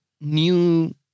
new